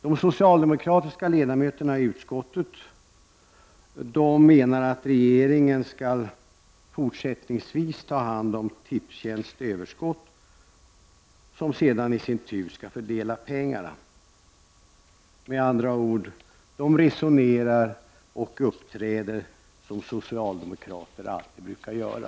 De socialdemokratiska ledamöterna i utskottet menar att regeringen fortsättningsvis skall ta hand om Tipstjänsts överskott och sedan i sin tur fördela pengarna. De resonerar och uppträder med andra ord som socialdemokrater alltid brukar göra.